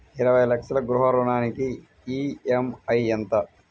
ఇరవై లక్షల గృహ రుణానికి ఈ.ఎం.ఐ ఎంత?